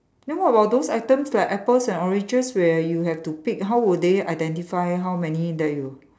then what about those items like apples and oranges where you have to pick how will they identify how many that you